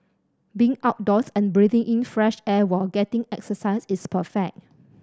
being outdoors and breathing in fresh air while getting exercise is perfect